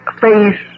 face